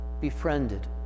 befriended